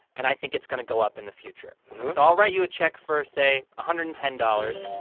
and i think it's going to go up in the future. so i'll write you a check for, say, one ah hundred and ten dollars,